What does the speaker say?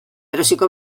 erosiko